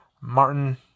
Martin